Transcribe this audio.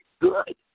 good